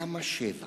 למה שבעה?